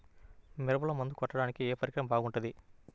మిరపలో మందు కొట్టాడానికి ఏ పరికరం బాగుంటుంది?